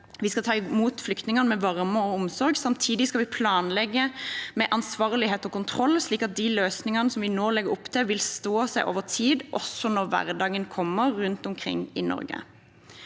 vi skal ta imot flyktningene med varme og omsorg. Samtidig skal vi planlegge med ansvarlighet og kontroll, slik at de løsningene vi nå legger opp til, vil stå seg over tid, også når hverdagen kommer rundt omkring i Norge.